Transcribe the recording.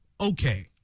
okay